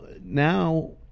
Now